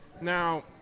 Now